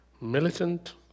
militant